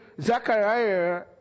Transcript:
Zachariah